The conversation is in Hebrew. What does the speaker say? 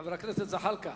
חבר הכנסת זחאלקה,